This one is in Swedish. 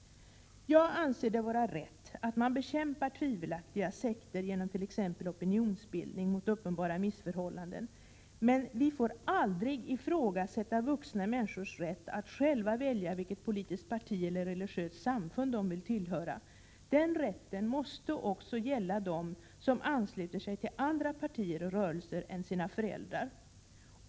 Jag anser det vara rätt att bekämpa tvivelaktiga sekter genom t.ex. opinionsbildning mot uppenbara missförhållanden, men vi får aldrig ifrågasätta vuxna människors rätt att själva välja vilket politiskt parti eller vilket religiöst samfund de vill tillhöra. Den rätten måste också gälla dem som ansluter sig till andra partier och rörelser än deras föräldrar.